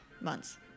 months